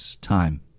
time